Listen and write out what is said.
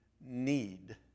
need